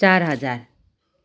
चार हजार